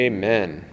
Amen